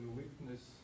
witness